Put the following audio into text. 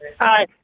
Hi